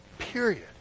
Period